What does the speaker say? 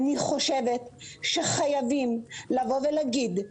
אני חושבת שחייבים לבוא ולהגיד: